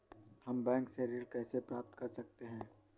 हम बैंक से ऋण कैसे प्राप्त कर सकते हैं?